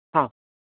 ആ